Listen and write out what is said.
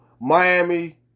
Miami